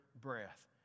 breath